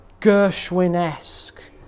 Gershwin-esque